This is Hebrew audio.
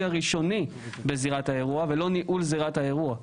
הראשוני בזירת האירוע ולא ניהול זירת האירוע.